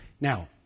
Now